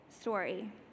story